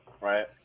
Right